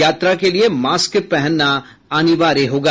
यात्रा के लिए मास्क पहनना अनिवार्य होगा